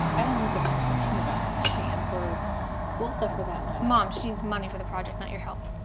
i don't know the first thing about science or school stuff for that matter. mom, she needs money for the project, not your help.